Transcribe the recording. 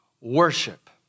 worship